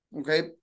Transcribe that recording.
Okay